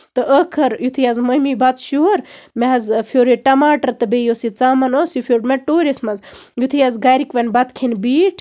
تہٕ ٲخٔر یِتھُے حظ مٔمی بَتہٕ شیوٗر مےٚ حظ پھیوٚر یہِ ٹَماٹر تہٕ بیٚیہِ یُس یہِ ژامَن اوس یہِ پھیوٚر مےٚ ٹورس منٛز یِتھُے حظ گرکۍ وۄنۍ بَتہٕ کھیٚنہِ بِیٖٹھ